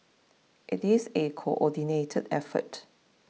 it is a coordinated effort